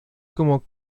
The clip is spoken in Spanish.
como